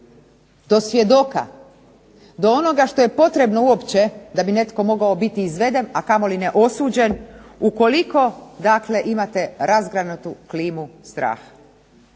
do svjedoka, do onoga što je potrebno uopće da bi netko mogao biti izveden, a kamoli ne osuđen ukoliko dakle imate razgranatu klimu straha.